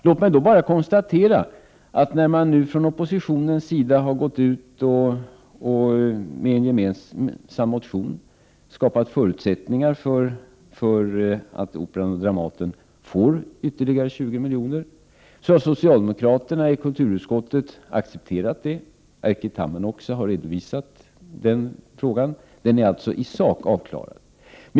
Låt mig bara konstatera att när oppositionen med en gemensam motion nu skapat förutsättningar för att Operan och Dramaten skall få ytterligare 20 milj.kr. har socialdemokraterna i kulturutskottet accepterat detta förslag. Frågan är alltså i sak avklarad.